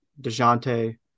DeJounte